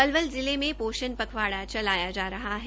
पलवल जिले में पोषण पखवाड़ा चलाया जा रहा है